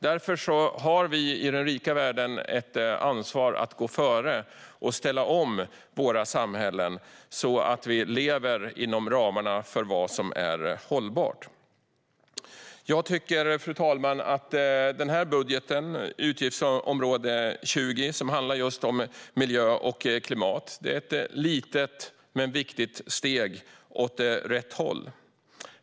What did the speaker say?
Därför har vi i den rika världen ett ansvar att gå före och ställa om våra samhällen så att vi lever inom ramarna för vad som är hållbart. Fru talman! Jag tycker att budgeten för utgiftsområde 20, som handlar om miljö och klimat, är ett litet men viktigt steg åt rätt håll.